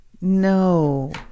no